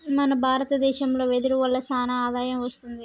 మన భారత దేశంలో వెదురు వల్ల సానా ఆదాయం వస్తుంది